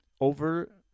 Over